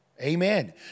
Amen